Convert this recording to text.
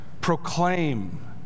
proclaim